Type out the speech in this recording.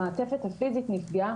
המעטפת הפיסית נפגעה,